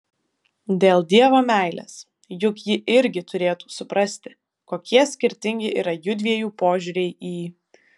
dėl dievo meilės juk ji irgi turėtų suprasti kokie skirtingi yra jųdviejų požiūriai į